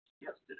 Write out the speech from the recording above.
yesterday